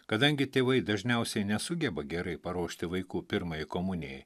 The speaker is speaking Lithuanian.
kadangi tėvai dažniausiai nesugeba gerai paruošti vaikų pirmajai komunijai